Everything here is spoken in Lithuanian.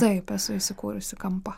taip esu įsikūrusi kampą